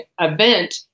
event